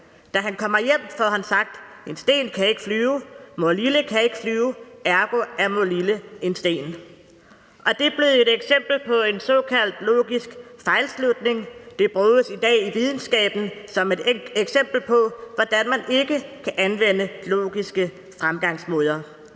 Da han kommer hjem, får han sagt: En sten kan ikke flyve, morlille kan ikke flyve – ergo er morlille en sten. Det er blevet et eksempel på en såkaldt logisk fejlslutning – det bruges i dag i videnskaben som et eksempel på, hvordan man ikke kan anvende logiske fremgangsmåder.